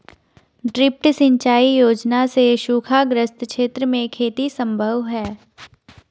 drip सिंचाई योजना से सूखाग्रस्त क्षेत्र में खेती सम्भव है